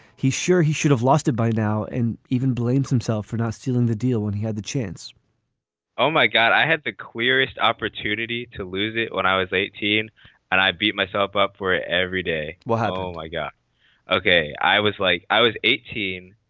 he's sure he should have lost it by now and even blames himself for not sealing the deal when he had the chance oh my god. i had the queerest opportunity to lose it when i was eighteen and i beat myself up for it every day. we'll have all i got okay. i was like i was eighteen.